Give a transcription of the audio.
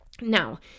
Now